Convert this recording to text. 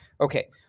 Okay